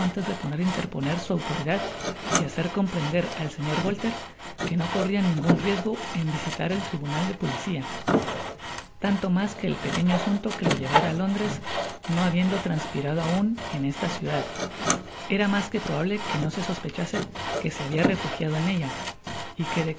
de poder interponer su autoridad y hacer comprender al señor bolter que no corria ningun riesgo en visitar el tribunal de policía tanto mas que el pequeño asunto que lo llevara á londres no habiendo transpirado aun en esta ciudad era mas que probable que no se sospechase que se habia refugiado en ella y que